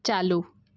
ચાલુ